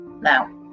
Now